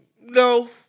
No